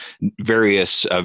various